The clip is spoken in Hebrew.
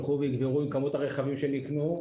הפקקים הלאה ילכו ויגברו עם כמות הרכבים שנקנו.